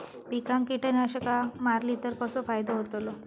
पिकांक कीटकनाशका मारली तर कसो फायदो होतलो?